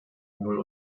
null